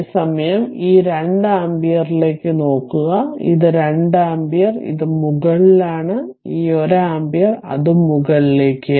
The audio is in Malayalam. അതേ സമയം ഈ 2 ആമ്പിയർലേക്ക് നോക്കുക ഈ 2 ആമ്പിയർ അത് മുകളിലാണ് ഈ 1 ആമ്പിയർ അതും മുകളിലേക്ക്